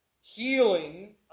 healing